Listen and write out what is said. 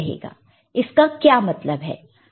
इसका क्या मतलब है